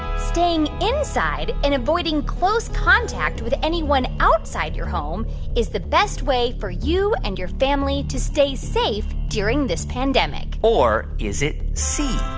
staying inside and avoiding close contact with anyone outside your home is the best way for you and your family to stay safe during this pandemic? or is it c,